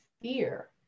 fear